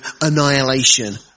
annihilation